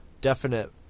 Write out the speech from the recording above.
definite